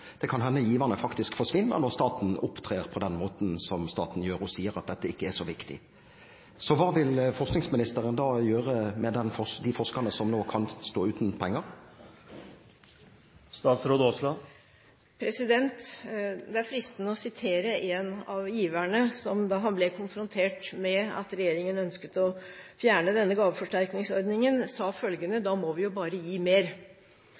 Det kan hende giverne faktisk forsvinner når staten opptrer på den måten som staten gjør, og sier at dette ikke er så viktig. Så hva vil forskningsministeren da gjøre med de forskerne som nå kan stå uten penger? Det er fristende å sitere en av giverne som da han ble konfrontert med at regjeringen ønsket å fjerne denne gaveforsterkningsordningen, sa følgende: Da må vi jo bare gi mer.